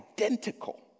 identical